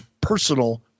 personal